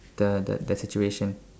the the that situation